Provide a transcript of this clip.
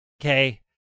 okay